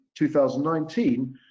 2019